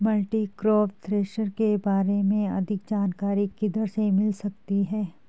Multicrop thresher के बारे में अधिक जानकारी किधर से मिल सकती है?